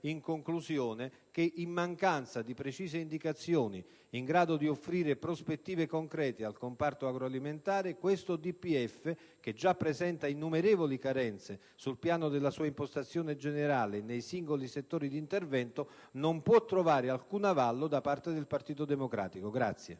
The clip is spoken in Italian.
di indebitamento. In mancanza di precise indicazioni in grado di offrire prospettive concrete al comparto agroalimentare, questo DPEF - che presenta innumerevoli carenze sul piano della sua impostazione generale e nei singoli settori d'intervento - non può trovare alcun avallo da parte del Partito Democratico. **Testo